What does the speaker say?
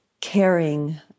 caring